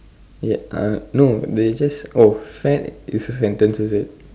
ya uh no they just oh fad is a sentence is it